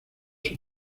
sus